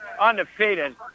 undefeated